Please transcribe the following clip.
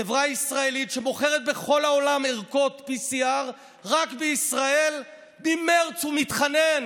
חברה ישראלית שמוכרת בכל העולם ערכות PCR. רק בישראל ממרץ הוא מתחנן